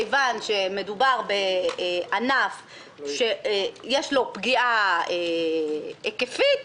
מכיוון שמדובר בענף שיש לו פגיעה היקפית,